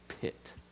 pit